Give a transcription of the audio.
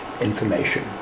information